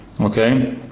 Okay